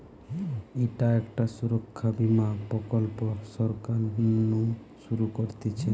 ইটা একটা সুরক্ষা বীমা প্রকল্প সরকার নু শুরু করতিছে